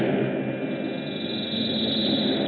er